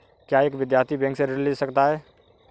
क्या एक विद्यार्थी बैंक से ऋण ले सकता है?